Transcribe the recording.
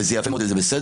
וזה יפה מאוד וזה בסדר.